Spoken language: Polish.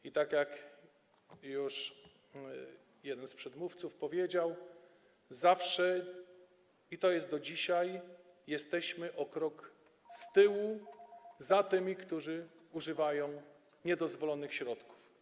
I tak jak już jeden z przedmówców powiedział, zawsze - i to jest do dzisiaj - jesteśmy o krok do tyłu za tymi, którzy używają niedozwolonych środków.